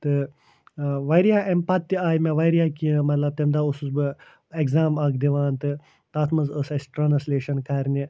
تہٕ ٲں واریاہ اَمہِ پتہٕ تہِ آیہِ مےٚ واریاہ کیٚنٛہہ مطلب تَمہِ دۄہ اوسُس بہٕ ایٚگزام اَکھ دِوان تہٕ تَتھ منٛز ٲس اسہِ ٹرانَسلیشن کرنہِ